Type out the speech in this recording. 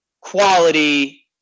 quality